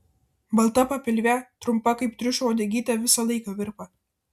balta papilvė trumpa kaip triušio uodegytė visą laiką virpa